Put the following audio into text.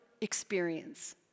experience